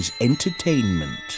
entertainment